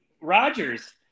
Rodgers